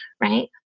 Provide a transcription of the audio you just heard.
right